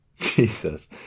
Jesus